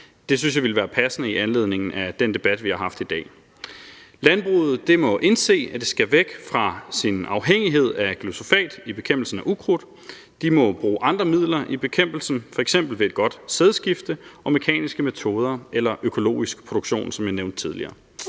Det synes jeg ville være passende i anledningen af den debat, vi har haft i dag. Landbruget må indse, at det skal væk fra sin afhængighed af glyfosat i bekæmpelsen af ukrudt. De må bruge andre midler i bekæmpelsen, f.eks. ved et godt sædskifte og mekaniske metoder eller økologisk produktion, som jeg nævnte tidligere.